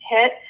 hit